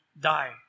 die